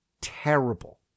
terrible